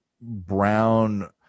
brown